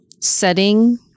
setting